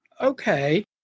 okay